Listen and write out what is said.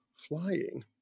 flying